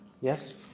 Yes